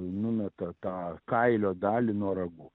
numeta tą kailio dalį nuo ragų